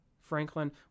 Franklin